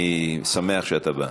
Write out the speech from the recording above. אני שמח שאתה בא.